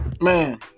man